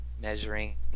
measuring